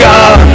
God